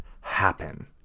happen